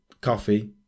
coffee